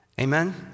Amen